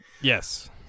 Yes